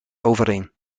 overeen